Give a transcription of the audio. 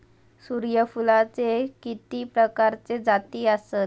सूर्यफूलाचे किती प्रकारचे जाती आसत?